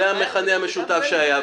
זה המכנה המשותף שהיה,